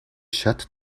шат